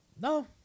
No